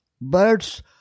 birds